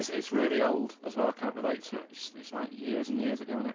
it's really old as well, i can't relate to it, it's like years and years ago, innit?